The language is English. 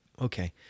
okay